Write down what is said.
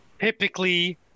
Typically